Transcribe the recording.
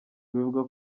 bivugwa